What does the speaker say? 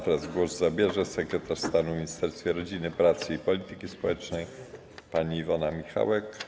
Teraz głos zabierze sekretarz stanu w Ministerstwie Rodziny, Pracy i Polityki Społecznej pani minister Iwona Michałek.